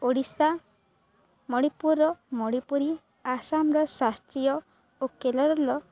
ଓଡ଼ିଶା ମଣିପୁରର ମଣିପୁରୀ ଆସାମର ଶାସ୍ତ୍ରୀୟ ଓ କେରଳର